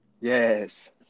yes